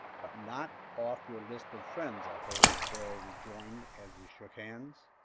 but not off your list of friends, i hope, darrell rejoined, as they shook hands.